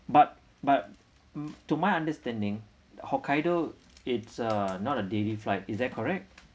but but mm to my understanding hokkaido it's uh not a daily flight is that correct